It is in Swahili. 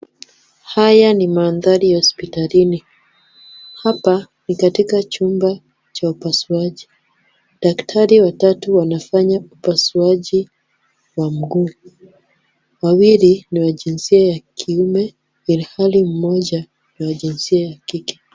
Haya ni mandhari ya hospitalini.. Hapa ni katika chumba cha upasuaji. Daktari watatu wanafanya upasuaji wa mguu. Wawili ni wa jinsia ya kiume ilhali mmoja ni wa jinsia ya kike.